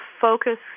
focus